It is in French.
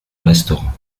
restaurant